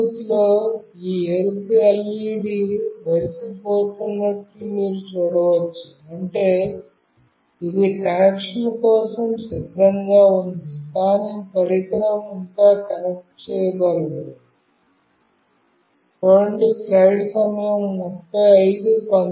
బ్లూటూత్లో ఈ ఎరుపు ఎల్ఈడీ మెరిసిపోతున్నట్లు మీరు చూడవచ్చు అంటే ఇది కనెక్షన్ కోసం సిద్ధంగా ఉంది కానీ పరికరం ఇంకా కనెక్ట్ కాలేదు